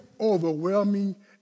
overwhelming